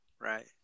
Right